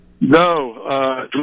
No